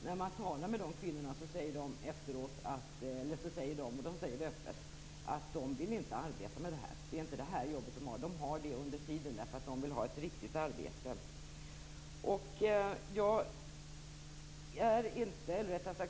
När man talar med kvinnorna där säger de - och de säger det öppet - att de inte vill arbeta med detta. De har det här arbetet under tiden tills de får ett riktigt arbete.